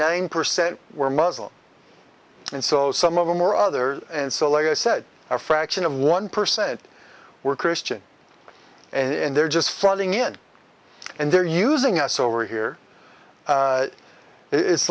nine percent were muslim and so some of them are other and so like i said a fraction of one percent were christian and they're just falling in and they're using us over here it's